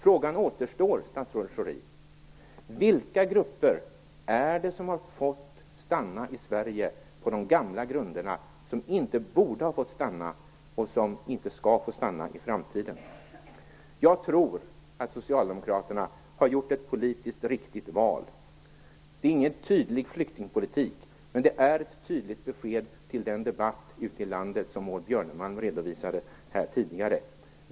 Frågan återstår, statsrådet Schori: Vilka grupper som fått stanna i Sverige på de gamla grunderna borde inte ha fått stanna och skall inte få stanna i framtiden? Jag tror att socialdemokraterna har gjort ett politiskt riktigt val. Det är ingen tydlig flyktingpolitik, men det är ett tydligt inlägg i den debatt ute i landet som Maud Björnemalm redovisade här tidigare.